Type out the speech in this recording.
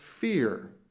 fear